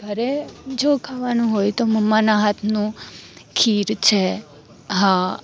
ઘરે જો ખાવાનું હોય તો મમ્માના હાથનું ખીર છે હા